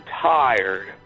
Tired